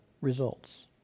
results